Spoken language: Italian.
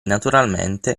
naturalmente